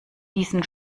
diesen